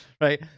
right